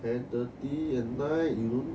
ten thirty at night you know